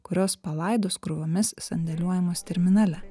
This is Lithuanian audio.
kurios palaidos krūvomis sandėliuojamos terminale